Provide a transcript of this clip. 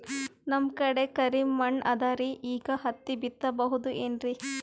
ನಮ್ ಕಡೆ ಕರಿ ಮಣ್ಣು ಅದರಿ, ಈಗ ಹತ್ತಿ ಬಿತ್ತಬಹುದು ಏನ್ರೀ?